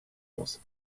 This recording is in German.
muss